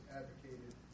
advocated